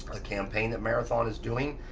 a campaign that marathon is doing.